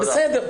בסדר.